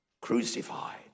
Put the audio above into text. crucified